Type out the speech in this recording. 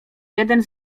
jeden